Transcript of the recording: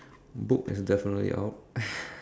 book is definitely out